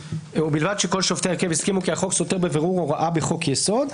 "ובלבד שכל שופטי ההרכב הסכימו כי החוק סותר בבירור הוראה בחוק יסוד".